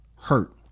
hurt